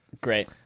Great